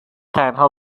تنها